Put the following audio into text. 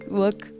work